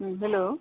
ह्म्म hello